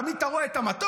אתה תמיד רואה את המטוס,